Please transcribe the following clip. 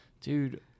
dude